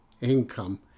income